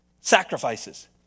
Sacrifices